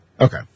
Okay